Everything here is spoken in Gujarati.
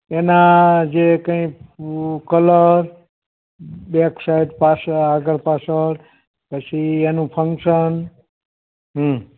એના જે કંઇ પુ કલર બેકસાઇડ પાછળ આગળ પાછળ પછી એનું ફંક્સન હં